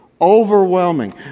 overwhelming